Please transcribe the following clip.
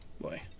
boy